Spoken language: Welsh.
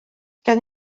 gen